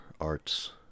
arts